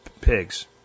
pigs